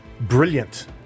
brilliant